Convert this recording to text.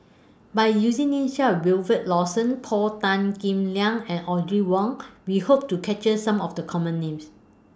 By using Names such as Wilfed Lawson Paul Tan Kim Liang and Audrey Wong We Hope to capture Some of The Common Names